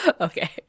Okay